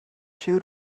siŵr